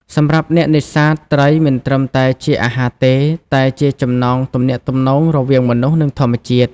សម្រាប់អ្នកនេសាទ ត្រីមិនត្រឹមតែជាអាហារទេ តែជា ចំណងទំនាក់ទំនង រវាងមនុស្ស និងធម្មជាតិ។